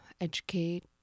educate